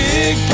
Big